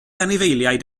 anifeiliaid